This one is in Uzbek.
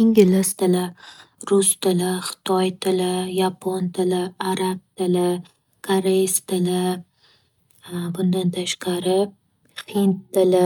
Ingliz tili, rus tili, xitoy tili, yapon tili, arab tili, koreys tili, bundan tashqari hind tili